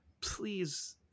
please